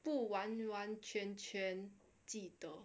不完完全全记得